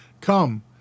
Come